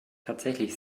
tatsächlich